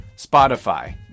Spotify